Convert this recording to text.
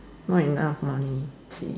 not enough money she